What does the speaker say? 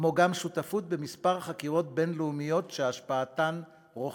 ויש גם שותפות בכמה חקירות בין-לאומיות שהשפעתן רוחבית.